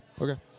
Okay